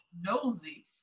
nosy